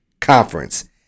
conference